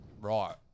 Right